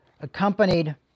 accompanied